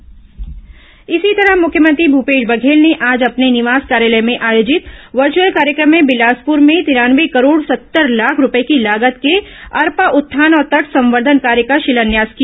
मुख्यमंत्री अरपा तट संवर्धन इसी तरह मुख्यमंत्री भूपेश बघेल ने आज अपने निवास कार्यालय में आयोजित वर्चुअल कार्यक्रम में बिलासपुर में तिरानवे करोड़ सत्तर लाख रूपये की लागत के अरपा उत्थान और तट संवर्धन कार्य का शिलान्यास किया